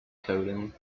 coding